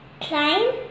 climb